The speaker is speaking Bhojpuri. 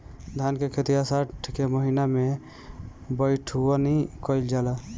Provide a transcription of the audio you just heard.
धान के खेती आषाढ़ के महीना में बइठुअनी कइल जाला?